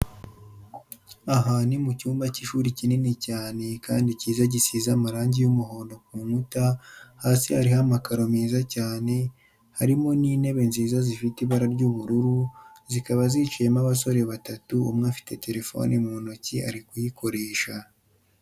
Aha ni mu cyumba cy'ishuri kinini cyane kandi cyiza gisize amarange y'umuhondo ku nkuta, hasi harimo amakaro meza cyane, harimo intebe nziza zifite ibara ry'ubururu, zikaba zicayemo abasore batatu umwe afite telefone mu ntoki ari kuyikoresha.